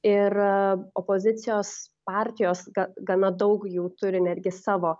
ir opozicijos partijos gana daug jų turi netgi savo